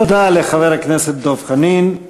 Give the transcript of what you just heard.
תודה לחבר הכנסת דב חנין.